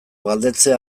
galdetzea